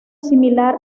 similar